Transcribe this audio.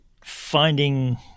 Finding